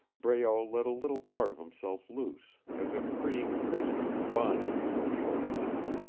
breault let a little part of himself loose, as if freeing a prisoner from bondage for a short time.